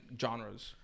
genres